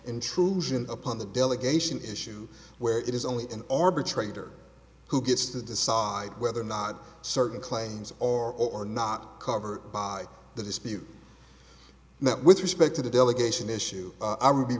intrusion upon the delegation issue where it is only an arbitrator who gets to decide whether or not certain claims are or not covered by the dispute and that with respect to the delegation issue i would